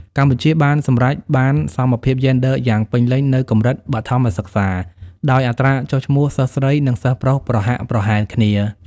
កម្ពុជាបានសម្រេចបានសមភាពយេនឌ័រយ៉ាងពេញលេញនៅកម្រិតបឋមសិក្សា ដោយអត្រាចុះឈ្មោះសិស្សស្រីនិងសិស្សប្រុសប្រហាក់ប្រហែលគ្នា។